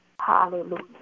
Hallelujah